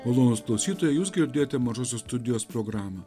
malonūs klausytojai jūs girdėjote mažosios studijos programą